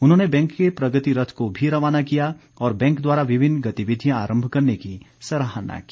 उन्होंने बैंक के प्रगति रथ को भी रवाना किया और बैंक द्वारा विभिन्न गतिविधियां आरंभ करने की सराहना की